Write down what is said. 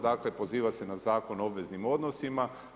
Dakle poziva se na Zakon o obveznim odnosima.